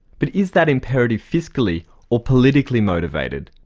but is that imperative fiscally or politically motivated?